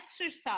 exercise